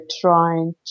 trying